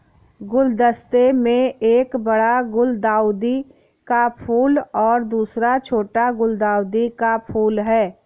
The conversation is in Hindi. गुलदस्ते में एक बड़ा गुलदाउदी का फूल और दूसरा छोटा गुलदाउदी का फूल है